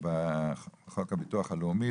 (ביטוח לאומי),